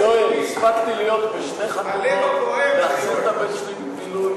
הוא הלב הפועם של המחנה הציוני.